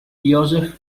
joseph